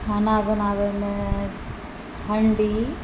खाना बनाबै मे हण्डी